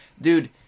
Dude